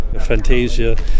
Fantasia